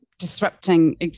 disrupting